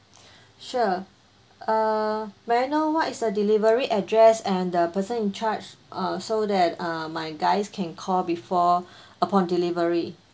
sure uh may I know what is the delivery address and the person in charge uh so that uh my guys can call before upon delivery